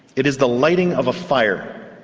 it is the lighting of a fire.